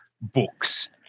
books